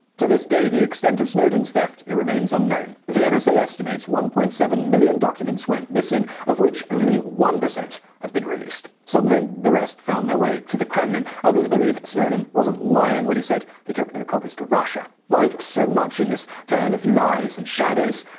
to this day, the extent of snowden's theft remains unknown. the and nsa estimates one point seven million documents went missing, of which only one percent have been released. some think the rest found their way to the kremlin. others believe snowden wasn't lying when he said he took no copies to russia. like so much in this tale of lies and shadows,